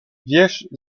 wiesz